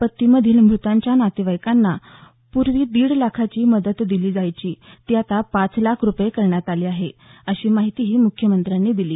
आपत्तीमधील मृतांच्या नातेवाइकांना पूर्वी दीड लाखाची मदत दिली जायची ती आता पाच लाख रुपये करण्यात आली आहे अशी माहितीही मुख्यमंत्र्यांनी दिली